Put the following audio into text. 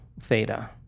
theta